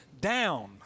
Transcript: down